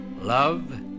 Love